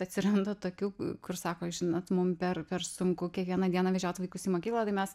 atsiranda tokių kur sako žinot mum per per sunku kiekvieną dieną vežiot vaikus į mokyklą tai mes